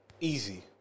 easy